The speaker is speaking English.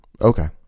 Okay